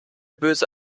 böse